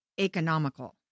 economical